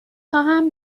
خواهم